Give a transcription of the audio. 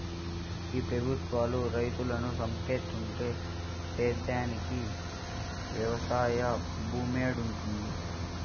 ఈ పెబుత్వాలు రైతులను సంపేత్తంటే సేద్యానికి వెవసాయ భూమేడుంటది